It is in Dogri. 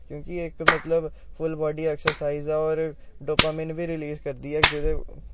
क्योंकि इक मतलब फुल बॉडी ऐक्ससाएज ऐ होर डोपामीन बी रलीज़ करदी ऐ जेह्दा